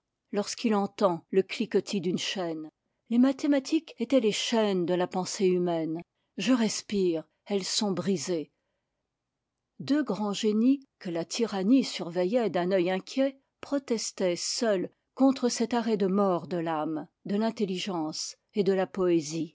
il entend le cliquetis d'une chaîne les mathématiques étaient les chaînes de la pensée humaine je respire elles sont brisées deux grands génies que la tyrannie surveillait d'un œil inquiet protestaient seuls contre cet arrêt de mort de l'ame de l'intelligence et de la poésie